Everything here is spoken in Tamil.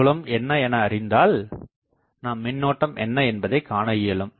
புலம் என்ன என அறிந்தால் நாம் மின்னோட்டம் என்ன என்பதை காண இயலும்